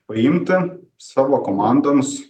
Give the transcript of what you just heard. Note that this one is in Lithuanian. paimti savo komandoms